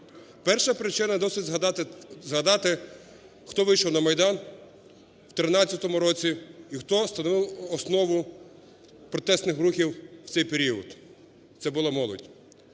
Перша причина – досить згадати хто вийшов на Майдан в 2013 році і хто становив основу протестних рухів в цей період? Це була молодь.